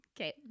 Okay